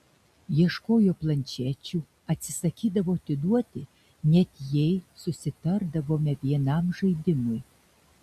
ieškojo planšečių atsisakydavo atiduoti net jei susitardavome vienam žaidimui